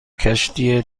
کشتی